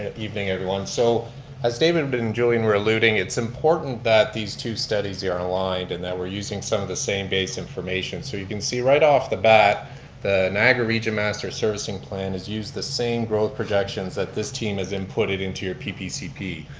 ah evening everyone. so as david but and julien were alluding, it's important that these two studies are aligned and that we're using some of the same base information. so you can see right off the bat the niagara region master servicing plan has used the same growth projections that this team has inputted into your ppcp.